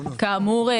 כאמור,